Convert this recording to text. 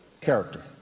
character